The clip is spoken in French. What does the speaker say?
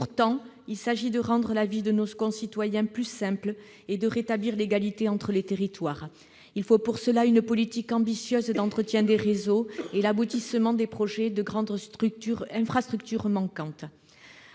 Pourtant, il s'agit de rendre la vie de nos concitoyens plus simple et de rétablir l'égalité entre les territoires. À cette fin, il faut mener une politique ambitieuse d'entretien des réseaux et assurer l'aboutissement des projets de grandes infrastructures encore manquantes.